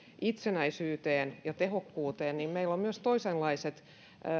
itsenäisyyteen ja tehokkuuteen niin meillä on myös toisenlaiset